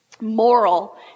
Moral